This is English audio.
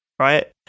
Right